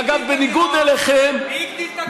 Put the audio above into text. ואגב, בניגוד אליכם, מי הגדיל את הגירעון?